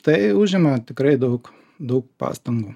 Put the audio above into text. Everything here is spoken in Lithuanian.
tai užima tikrai daug daug pastangų